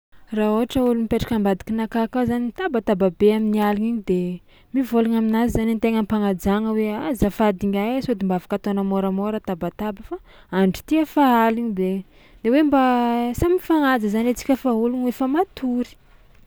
Raha ôhatra olo mipetraka ambadikinakahy akao zany mitabataba be amin'ny aligny igny de mivôlagna aminazy zany an-tegna am-panajagna hoe: azafady ngiahy ai sao de afaka ataonao môramôra tabataba fa andro ty efa aligny be de hoe mba samy mifagnaja zany antsika fa ôlogno efa matory.